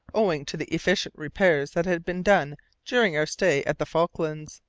owing to the efficient repairs that had been done during our stay at the falklands.